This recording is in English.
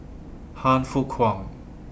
Han Fook Kwang